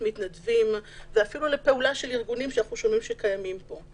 מתנדבים ואפילו לפעולה של ארגונים שאנחנו שומעים שקיימים פה.